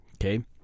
okay